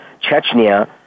Chechnya